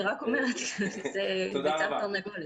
אני רק אומרת, זה הביצה והתרנגולת.